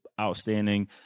outstanding